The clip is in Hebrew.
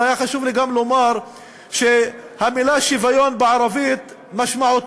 אבל היה חשוב לי גם לומר שהמילה שוויון בערבית היא "מוסאוא".